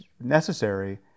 necessary